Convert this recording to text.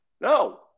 no